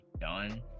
done